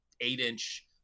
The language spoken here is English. eight-inch